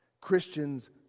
Christians